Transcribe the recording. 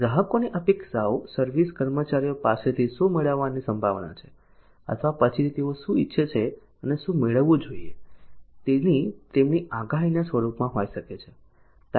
ગ્રાહકોની અપેક્ષાઓ સર્વિસ કર્મચારીઓ પાસેથી શું મેળવવાની સંભાવના છે અથવા પછીથી તેઓ શું ઇચ્છે છે અને શું મેળવવું જોઈએ તેની તેમની આગાહીના સ્વરૂપમાં હોઈ શકે છે